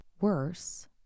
worse